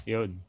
Yun